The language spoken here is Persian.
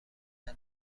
همه